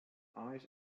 eyes